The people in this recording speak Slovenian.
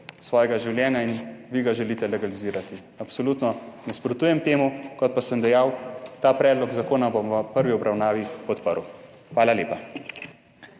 svojega življenja, ki ga vi želite legalizirati. Absolutno temu nasprotujem, kot pa sem dejal, ta predlog zakona bom v prvi obravnavi podprl. Hvala lepa.